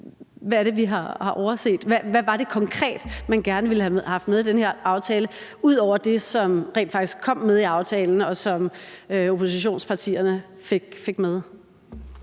Hvad var det konkret, man gerne ville have haft med i den her aftale, ud over det, som rent faktisk kom med i aftalen, og som oppositionspartierne fik med?